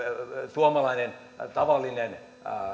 suomalainen tavallinen